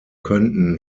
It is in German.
könnten